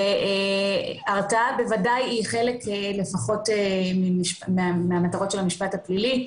וההרעה היא חלק מהמטרות של המשפט הפלילי,